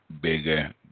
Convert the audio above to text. bigger